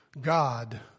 God